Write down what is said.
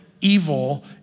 evil